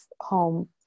home